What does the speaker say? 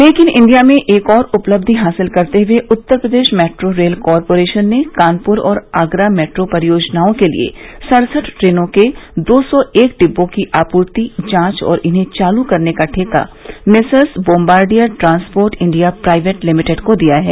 make in India में एक और उपलब्धि हासिल करते हुए Uttar Pradesh metro rail corporation ने कानपुर और आगरा मेट्रो परियोजनाओं के लिए सड़सठ ट्रेनों के दो सौ एक डिब्बों की आपूर्ति जांच और इन्हें चालू करने का ठेका messrs Bombardier transport India private limited को दिया है